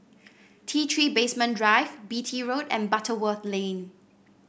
T Three Basement Drive Beatty Road and Butterworth Lane